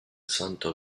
santo